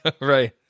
Right